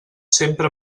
sempre